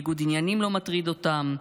ניגוד עניינים לא מטריד אותם,